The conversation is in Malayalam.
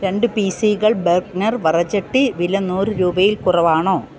രണ്ട് പീസീകൾ ബെർഗ്നർ വറചട്ടി വില നൂറ് രൂപയിൽ കുറവാണോ